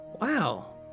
Wow